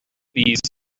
these